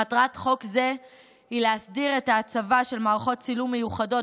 מטרת חוק זה היא להסדיר את ההצבה של מערכות צילום מיוחדות